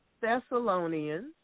Thessalonians